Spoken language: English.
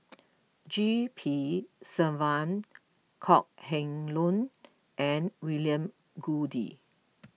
G P Selvam Kok Heng Leun and William Goode